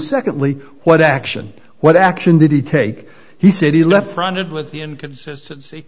secondly what action what action did he take he said he left front of with the inconsistency